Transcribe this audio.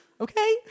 Okay